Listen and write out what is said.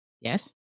Yes